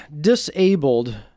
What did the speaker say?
disabled